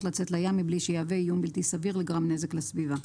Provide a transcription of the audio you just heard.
לצאת לים מבלי שיהווה איום בלתי סביר לגרם נזק לסביבה.